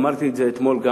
אמרתי את זה גם אתמול,